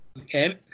Okay